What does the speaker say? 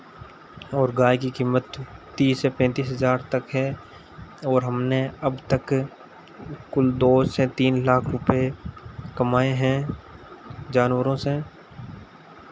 और गाय की कीमत तीस से पैंतीस हज़ार तक है और हमने अब तक कुल दो से तीन लाख रुपए कमाए हैं जानवरों से